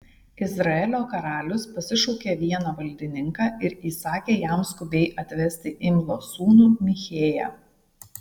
izraelio karalius pasišaukė vieną valdininką ir įsakė jam skubiai atvesti imlos sūnų michėją